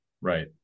Right